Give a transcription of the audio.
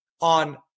on